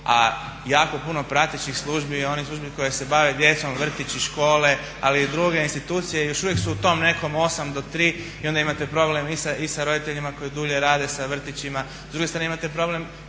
a jako puno prateći službi i onih službi koje se bave djecom vrtići, škole ali i druge institucije još uvijek su u tom nekom 8 do 3 i onda imate problem i sa roditeljima koji dulje rade, sa vrtićima, s druge strane imate problem